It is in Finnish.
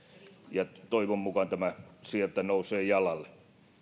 ja toivon mukaan tämä sieltä nousee jalalle